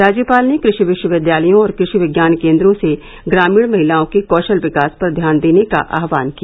राज्यपाल ने कृषि विश्वविद्यालयों और कृषि विज्ञान केन्द्रों से ग्रामीण महिलाओं के कौशल विकास पर ध्यान देने का आहवान किया